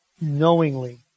knowingly